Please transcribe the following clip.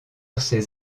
ces